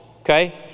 okay